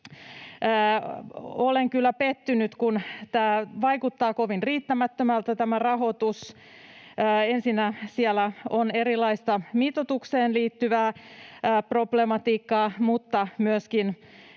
olen kyllä pettynyt, kun tämä rahoitus vaikuttaa kovin riittämättömältä. Ensinnä siellä on erilaista mitoitukseen liittyvää problematiikkaa, mutta myöskin